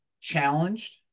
challenged